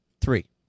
Three